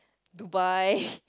Dubai